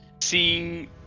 See